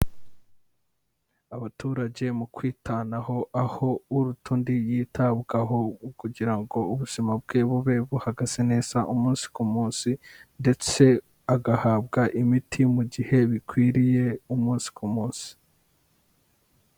Abaturage mu kwitanaho, aho uruta undi yitabwaho kugira ngo ubuzima bwe bube buhagaze neza umunsi ku munsi ndetse agahabwa imiti mu gihe bikwiriye, umunsi ku munsi.